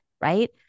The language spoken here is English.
right